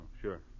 sure